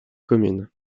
commune